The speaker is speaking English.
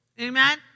Amen